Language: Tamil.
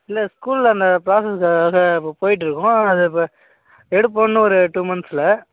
இல்லை ஸ்கூலில் அந்த ப்ராசஸ்க்காக இப்போ போயிட்டுருக்கோம் அது இப்போ எடுப்போம் இன்னும் ஒரு டூ மன்த்ஸில்